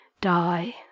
die